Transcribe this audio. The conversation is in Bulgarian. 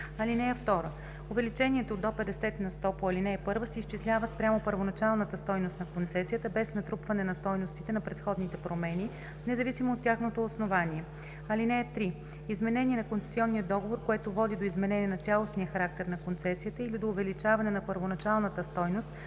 сто. (2) Увеличението до 50 на сто по ал. 1 се изчислява спрямо първоначалната стойност на концесията без натрупване на стойностите на предходни промени, независимо от тяхното основание. (3) Изменение на концесионния договор, което води до изменение на цялостния характер на концесията или до увеличаване на първоначалната стойност